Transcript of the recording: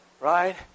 right